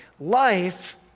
life